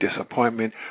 disappointment